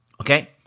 Okay